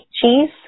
cheese